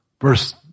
Verse